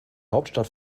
hauptstadt